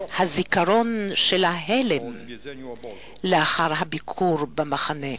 הזיכרון של ההלם לאחר הביקור במחנה,